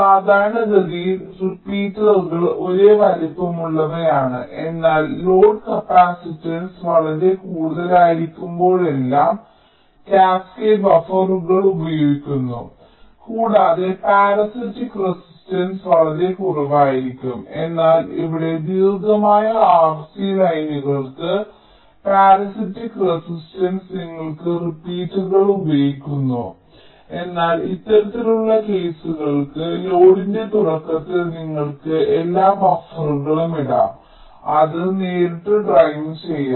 സാധാരണഗതിയിൽ റിപ്പീറ്ററുകൾ ഒരേ വലുപ്പമുള്ളവയാണ് എന്നാൽ ലോഡ് കപ്പാസിറ്റൻസ് വളരെ കൂടുതലായിരിക്കുമ്പോഴെല്ലാം കാസ്കേഡ് ബഫറുകൾ ഉപയോഗിക്കുന്നു കൂടാതെ പാര്സിറ്റിക് റെസിസ്റ്റൻസ് വളരെ കുറവായിരിക്കും എന്നാൽ ഇവിടെ ദീർഘമായ RC ലൈനുകൾക്ക് പാര്സിറ്റിക് റെസിസ്റ്റൻസ് നിങ്ങൾക്ക് റിപ്പീറ്ററുകൾ ഉപയോഗിക്കുന്നു എന്നാൽ ഇത്തരത്തിലുള്ള കേസുകൾക്ക് ലോഡിന്റെ തുടക്കത്തിൽ നിങ്ങൾക്ക് എല്ലാ ബഫറുകളും ഇടാം നിങ്ങൾക്ക് അത് നേരിട്ട് ഡ്രൈവ് ചെയ്യാം